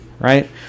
Right